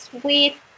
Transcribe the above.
Sweet